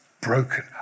broken